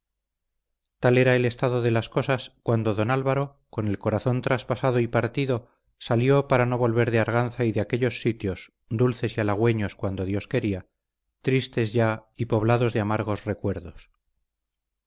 tal era el estado de las cosas cuando don álvaro con el corazón traspasado y partido salió para no volver de arganza y de aquellos sitios dulces y halagüeños cuando dios quería tristes ya y poblados de amargos recuerdos